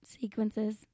sequences